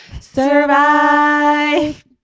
Survive